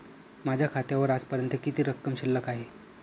माझ्या खात्यावर आजपर्यंत किती रक्कम शिल्लक आहे?